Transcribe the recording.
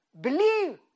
Believe